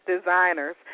designers